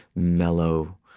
mellow,